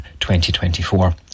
2024